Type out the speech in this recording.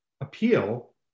appeal